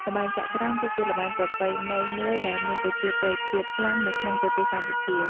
ល្បែងចត្រង្គ គឺជាល្បែងប្រពៃណីមួយដែលមានប្រជាប្រិយភាពខ្លាំងនៅក្នុងប្រទេសកម្ពុជា។